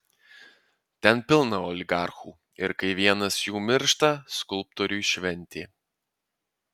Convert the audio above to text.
ten pilna oligarchų ir kai vienas jų miršta skulptoriui šventė